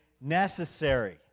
necessary